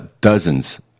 dozens